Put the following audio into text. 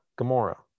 Gamora